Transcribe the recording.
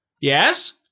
Yes